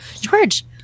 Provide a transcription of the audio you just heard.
George